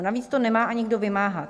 Navíc to nemá ani kdo vymáhat.